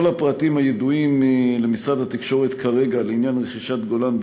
כל הפרטים הידועים למשרד התקשורת כרגע בעניין רכישת "גולן"